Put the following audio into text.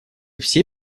все